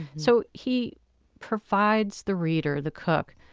so he provides the reader, the cook,